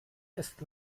ist